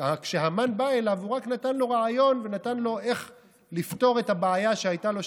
כשהמן בא אליו הוא רק נתן לו רעיון איך לפתור את הבעיה שהייתה לו,